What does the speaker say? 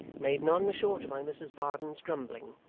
made none the shorter by mrs varden's grumbling.